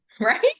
Right